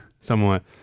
somewhat